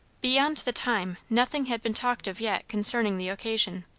beyond the time, nothing had been talked of yet concerning the occasion.